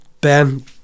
Ben